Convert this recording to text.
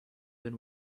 than